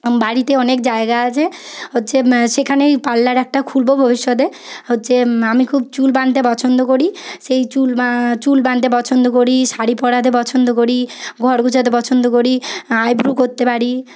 বাড়িতে অনেক জায়গা আছে হচ্ছে সেখানেই পার্লার একটা খুলব ভবিষ্যতে হচ্ছে আমি খুব চুল বাঁধতে পছন্দ করি সেই চুল চুল বাঁধতে পছন্দ করি শাড়ী পড়াতে পছন্দ করি ঘর গোছাতে পছন্দ করি আইব্রৌ করতে পারি